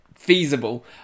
feasible